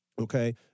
okay